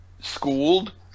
schooled